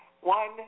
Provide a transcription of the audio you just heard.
One